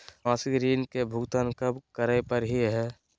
मासिक ऋण के भुगतान कब करै परही हे?